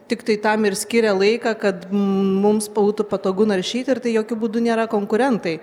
tiktai tam ir skiria laiką kad mums būtų patogu naršyti ir tai jokiu būdu nėra konkurentai